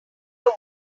your